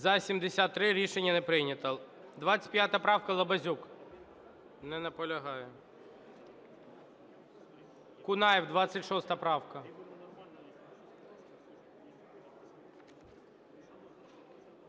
За-73 Рішення не прийнято. 25 правка, Лабазюк. Не наполягає. Кунаєв, 26 правка.